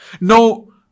No